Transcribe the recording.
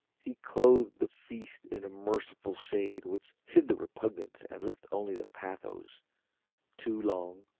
he clothed the feast in a merciful shade which hid the repugnance and left only the pathos two long,